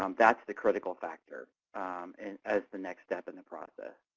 um that's the critical factor and as the next step in the process.